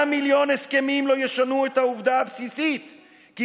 גם מיליון הסכמים לא ישנו את העובדה הבסיסית כי